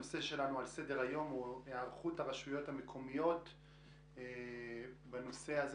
הנושא על סדר היום: היערכות הרשויות המקומיות בנושא הזה